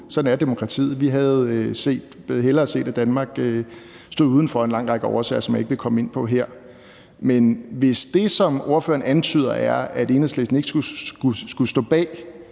sådan er demokratiet. Vi havde set hellere set, at Danmark stod udenfor af en lang række årsager, som jeg ikke vil komme ind på her. Men hvis det, som ordføreren antyder, er, at Enhedslisten ikke skulle stå bag